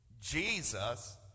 Jesus